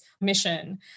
mission